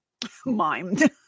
mimed